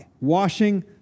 washing